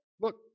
look